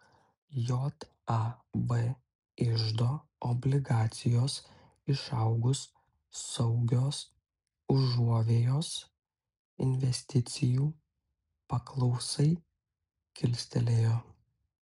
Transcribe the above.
jav iždo obligacijos išaugus saugios užuovėjos investicijų paklausai kilstelėjo